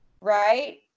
right